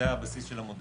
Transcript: זה הבסיס של המודל.